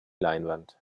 leinwand